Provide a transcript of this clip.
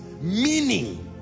meaning